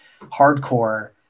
hardcore